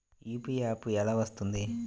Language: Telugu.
యూ.పీ.ఐ యాప్ ఎలా వస్తుంది?